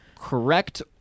correct